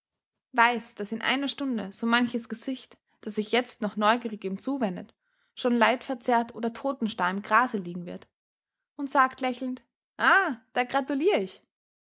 weiß daß in einer stunde so manches gesicht das sich jetzt noch neugierig ihm zuwendet schon leidverzerrt oder totenstarr im grase liegen wird und sagt lächelnd aa da gratulier ich